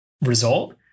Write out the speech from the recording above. result